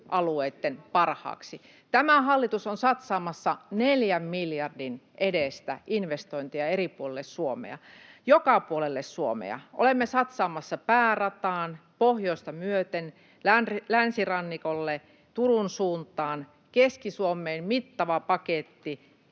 alueitten parhaaksi. Tämä hallitus on satsaamassa neljän miljardin edestä investointeja eri puolille Suomea, joka puolelle Suomea. Olemme satsaamassa päärataan pohjoista myöten, länsirannikolle Turun suuntaan, Keski-Suomeen mittavan paketin.